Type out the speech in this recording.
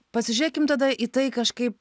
pasižiūrėkim tada į tai kažkaip